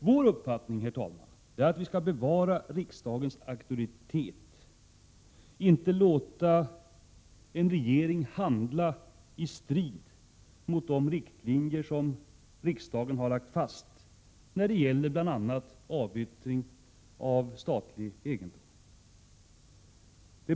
Vår uppfattning, herr talman, är att vi skall bevara riksdagens auktoritet och inte låta en regering handla i strid mot de riktlinjer som riksdagen har lagt fast när det gäller bl.a. avyttring av statlig egendom.